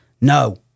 No